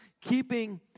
keeping